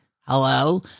Hello